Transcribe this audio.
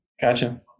Gotcha